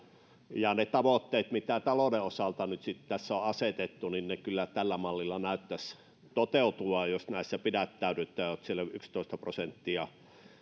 ne tavoitteet mitä talouden osalta nyt sitten tässä on asetettu kyllä tällä mallilla näyttäisivät toteutuvan jos näissä pidättäydytään siellä yksitoista prosenttia